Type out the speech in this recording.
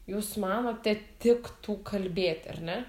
jūs manote tiktų kalbėti ar ne